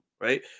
right